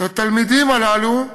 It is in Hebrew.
את התלמידים הללו,